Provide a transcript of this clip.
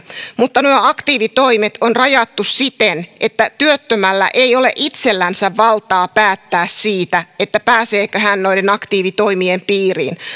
mutta nuo aktiivitoimet on rajattu siten että työttömällä ei ole itsellänsä valtaa päättää siitä pääseekö hän noiden aktiivitoimien piiriin